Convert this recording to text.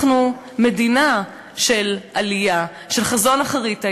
אנחנו מדינה של עלייה, של חזון אחרית הימים.